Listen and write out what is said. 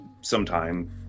sometime